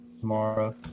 Tomorrow